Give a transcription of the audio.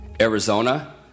Arizona